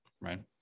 right